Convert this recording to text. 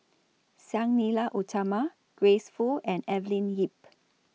Sang Nila Utama Grace Fu and Evelyn Lip